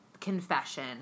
confession